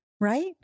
right